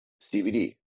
CBD